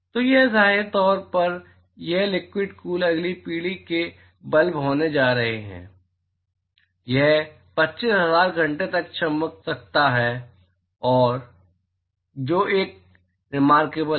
तो ये जाहिरा तौर पर ये लिक्विड कूल्ड अगली पीढ़ी के बल्ब होने जा रहे हैं यह 25000 घंटे तक चमक सकता है जो एक रिमार्केबल है